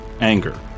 anger